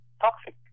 toxic